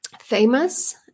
famous